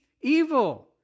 evil